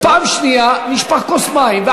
ופעם שנייה, נשפכה כוס מים.